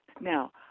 Now